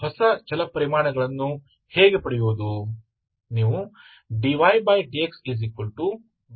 तो सबसे पहले आपको डोमेन देखना होगा